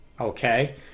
okay